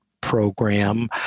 program